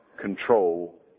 control